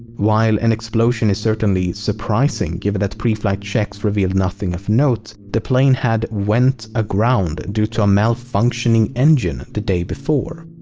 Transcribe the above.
while an explosion is certainly surprising given that preflight checks revealed nothing of note, the plane had went aground due to a malfunctioning engine the day before.